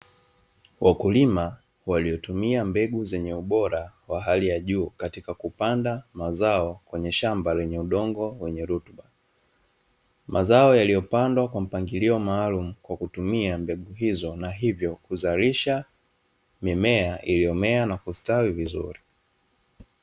Wakulima waliotumia mbegu zenye ubora wa hali ya juu katika kupanda mazao kwenye shamba lenye udongo wenye rutuba, mazao yaliyopandwa kwa mpangilio maalum kwa kutumia mbegu hizo na hivyo kuzalisha mimea iliyomea na kustawi vizuri.